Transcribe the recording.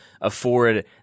afford